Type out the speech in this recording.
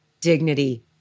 dignity